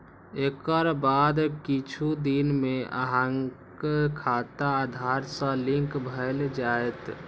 एकर बाद किछु दिन मे अहांक खाता आधार सं लिंक भए जायत